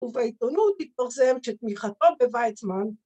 ‫ובעיתונות התפרסם ‫שתמיכתו בוויצמן...